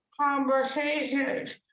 conversations